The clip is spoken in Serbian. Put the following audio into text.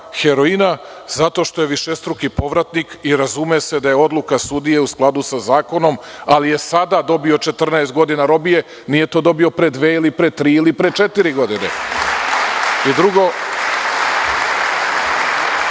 heroina zato što je višestruki povratnik i razume se da je odluka sudije u skladu sa zakonom. Ali je sada dobio 14 godina robije. Nije to dobio pre dve ili tri ili četiri godine. Još